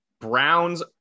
Browns